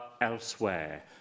elsewhere